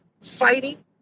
fighting